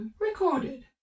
recorded